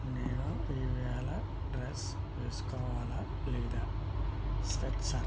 నేను ఇవాళ డ్రస్ వేసుకోవాలా లేదా స్వెట్ షర్ట్